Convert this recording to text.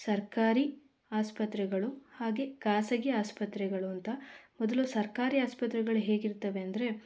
ಸರ್ಕಾರಿ ಆಸ್ಪತ್ರೆಗಳು ಹಾಗೇ ಖಾಸಗಿ ಆಸ್ಪತ್ರೆಗಳು ಅಂತ ಮೊದಲು ಸರ್ಕಾರಿ ಆಸ್ಪತ್ರೆಗಳು ಹೇಗಿರ್ತವೆ ಅಂದರೆ